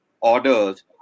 orders